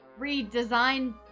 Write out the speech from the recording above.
redesign